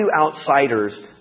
outsiders